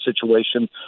situation